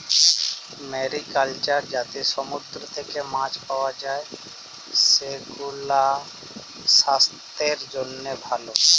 mariculture যাতে সমুদ্র থেক্যে মাছ পাওয়া যায়, সেগুলাসাস্থের জন্হে ভালো